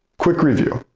quick review